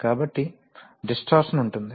కాబట్టి డిస్ట్టార్షన్ ఉంటుంది